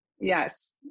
Yes